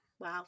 Wow